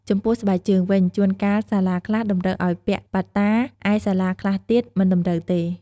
ចំំពោះ ស្បែកជើងវិញ ជួនកាលសាលាខ្លះ តម្រូវឲ្យពាក់ប៉ាតតា ឯសាលាខ្លះទៀត មិនតម្រូវទេ។